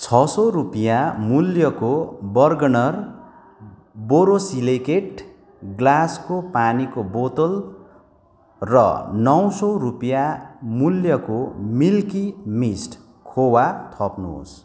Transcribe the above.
छ सौ रुपियाँ मूल्यको बर्गनर बोरोसिलेकेट ग्लासको पानीको बोतल र नौ सौ रुपियाँ मूल्यको मिल्की मिस्ट खोवा थप्नुहोस्